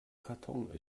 karton